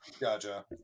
Gotcha